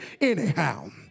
anyhow